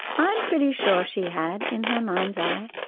i'm pretty sure she had, in her mind's eye,